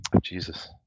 Jesus